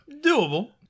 doable